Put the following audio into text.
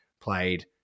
played